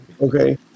Okay